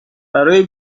برای